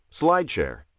SlideShare